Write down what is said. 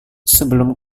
sebelum